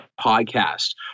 podcast